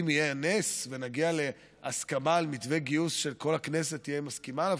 אם יהיה נס ונגיע להסכמה על מתווה גיוס שכל הכנסת תסכים עליו,